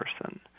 person